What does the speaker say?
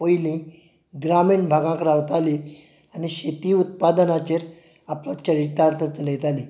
पयलीं ग्रामीण भागांक रावताली आनी शेती उत्पादनाचेर आपलो चरितार्थ चलयताली